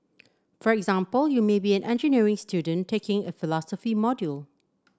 for example you may be an engineering student taking a philosophy module